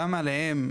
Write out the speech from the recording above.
גם עליהם,